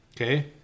Okay